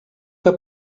que